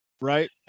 right